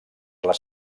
les